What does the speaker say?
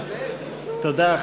תודה.